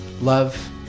Love